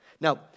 Now